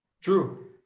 True